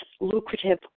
lucrative